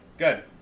Good